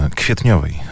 kwietniowej